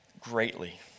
greatly